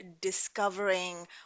discovering